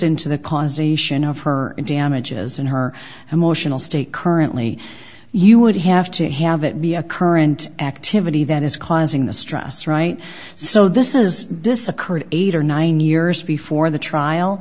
into the causation of her damages and her emotional state currently you would have to have it be a current activity that is causing the stress right so this is this occurred eight or nine years before the trial